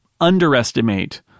underestimate